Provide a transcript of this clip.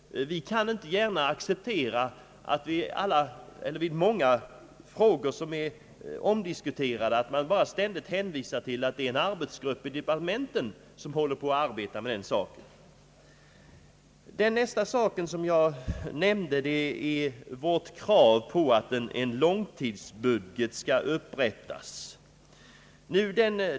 Vi kan inte gärna acceptera, att man i många omdiskuterade frågor bara hänvisar till att en arbets grupp inom departementet arbetar med dem. En annan sak är vårt krav på att en långtidsbudget skall upprättas.